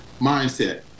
mindset